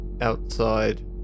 outside